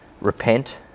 repent